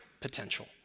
potential